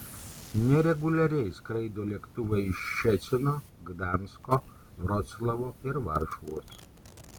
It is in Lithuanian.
nereguliariai skraido lėktuvai iš ščecino gdansko vroclavo ir varšuvos